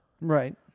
right